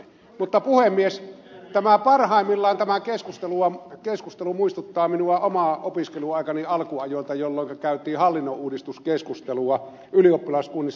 mutta puhemies parhaimmillaan tämä keskustelu muistuttaa minua omien opiskeluaikojeni alusta jolloin käytiin hallinnonuudistuskeskustelua ylioppilaskunnissa